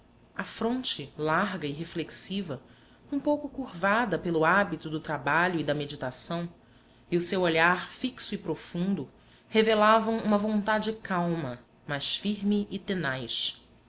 fronte larga e reflexiva um pouco curvada pelo hábito do trabalho e da meditação e o seu olhar fixo e profundo revelavam uma vontade calma mas firme e